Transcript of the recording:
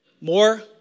more